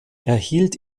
erhielt